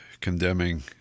condemning